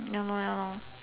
ya lor ya lor